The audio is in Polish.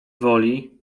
woli